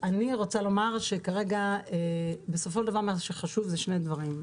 אני אומר לסיום כרגע מה שחשוב זה שני דברים: